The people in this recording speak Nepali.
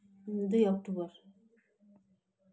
दुई अक्टोबर